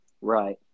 Right